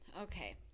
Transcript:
Okay